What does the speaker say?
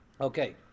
Okay